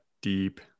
deep